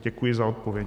Děkuji za odpověď.